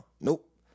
Nope